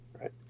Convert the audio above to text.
right